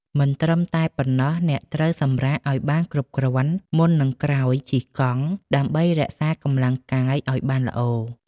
មិនត្រឹមតែប៉ុណ្ណោះ អ្នកត្រូវសម្រាកឲ្យបានគ្រប់គ្រាន់ មុននឹងក្រោយជិះកង់ដើម្បីរក្សាកម្លាំងកាយឲ្យបានល្អ។